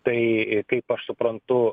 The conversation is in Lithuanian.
tai kaip aš suprantu